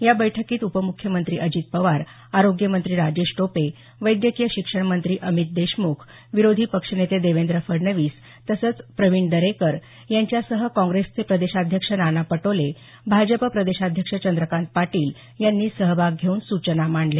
या बैठकीत उपमुख्यमंत्री अजित पवार आरोग्य मंत्री राजेश टोपे वैद्यकीय शिक्षणमंत्री अमित देशमुख विरोधी पक्ष नेते देवेंद्र फडणवीस तसंच प्रवीण दरेकर यांच्यासह काँग्रेसचे प्रदेशाध्यक्ष नाना पटोले भाजप प्रदेशाध्यक्ष चंद्रकांत पाटील यांनी सहभाग घेऊन सूचना मांडल्या